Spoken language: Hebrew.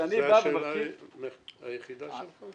זו השאלה היחידה שלך?